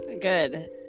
Good